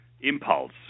impulse